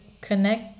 connect